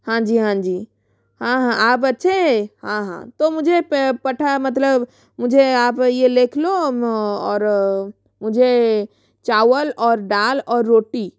हाँजी हाँजी हाँ हाँ आप अच्छे है हाँ हाँ तो मुझे मतलब मुझे आप ये लिख लो और मुझे चावल और दाल और रोटी